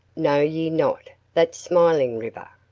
know ye not that smiling river?